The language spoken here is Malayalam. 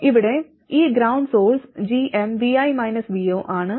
ഇവിടെ ഈ ഗ്രൌണ്ട് സോഴ്സ് gm ആണ്